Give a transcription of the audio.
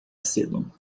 cedo